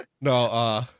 no